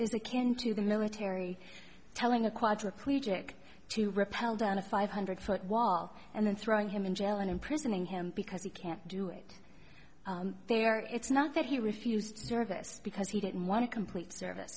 is akin to the military telling a quadriplegic to repel down a five hundred foot wall and then throwing him in jail and imprisoning him because he can't do it there it's not that he refused service because he didn't want to complete serv